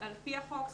על פי החוק,